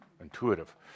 intuitive